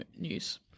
news